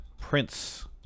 Prince